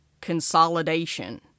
consolidation